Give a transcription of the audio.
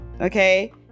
Okay